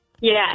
Yes